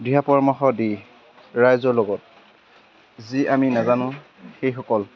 দিহা পৰামৰ্শ দি ৰাইজৰ লগত যি আমি নাজানো সেইসকল